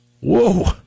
Whoa